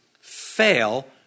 fail